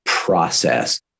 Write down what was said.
process